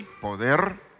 Poder